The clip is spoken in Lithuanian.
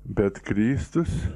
bet kristus